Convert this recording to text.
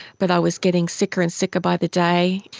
but i was getting sicker and sicker by the day.